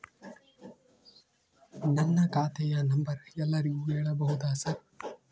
ನನ್ನ ಖಾತೆಯ ನಂಬರ್ ಎಲ್ಲರಿಗೂ ಹೇಳಬಹುದಾ ಸರ್?